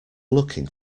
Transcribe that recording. looking